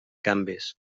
canvis